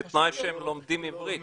היא לא אמרה את זה.